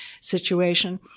situation